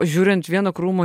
žiūrint ant vieno krūmo